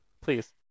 please